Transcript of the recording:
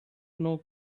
know